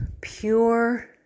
pure